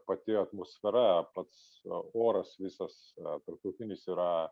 pati atmosfera pats oras visas tarptautinis yra